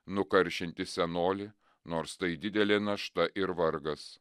nukaršinti senolį nors tai didelė našta ir vargas